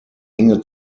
enge